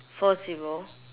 four zero